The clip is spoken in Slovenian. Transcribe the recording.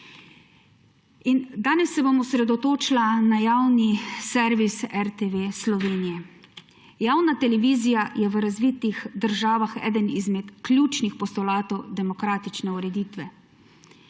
Danes se bom osredotočila na javni servis RTV Slovenije. Javna televizija je v razvitih državah eden izmed ključnih postulatov demokratične ureditve.